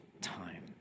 time